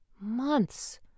months